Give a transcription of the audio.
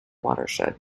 watershed